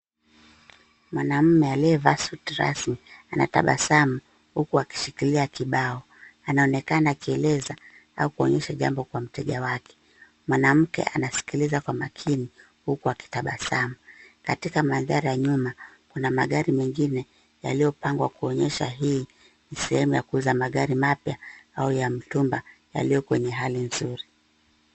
Mwanamume aliyevaa suti rasmi, anatabasamu, huku akishikilia kibao. Anaonekana akieleza, au kuonyesha jambo kwa mteja wake. Mwanamke anasikiliza kwa makini, huku akitabasamu. Katika mandhari ya nyuma, kuna magari mengine, yaliyopangwa kuonyesha hii ni sehemu ya kuuza magari mapya, au ya mtumba, yaliyo kwenye hali nzuri.